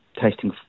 tasting